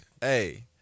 hey